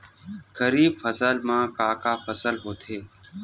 खरीफ फसल मा का का फसल होथे?